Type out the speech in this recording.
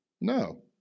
No